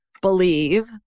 believe